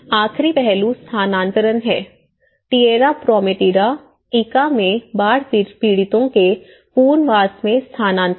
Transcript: आखरी पहलू स्थानांतरण है टिएरा प्रोमेटिडा ईक्का में बाढ़ पीड़ितों के पुनर्वास में स्थानांतरण